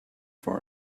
for